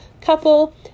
couple